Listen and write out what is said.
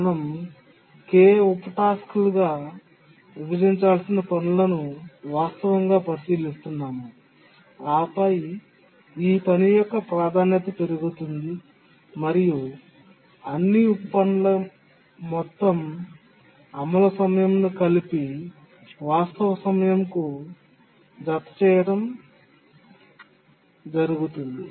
మనం k ఉప టాస్క్లుగా విభజించాల్సిన పనులను వాస్తవంగా పరిశీలిస్తున్నాము ఆపై ఈ పని యొక్క ప్రాధాన్యత పెరుగుతుంది మరియు అన్ని ఉప పనుల మొత్తం అమలు సమయం ను కలిపి వాస్తవ సమయం కు జతచేయడం జరుగుతుంది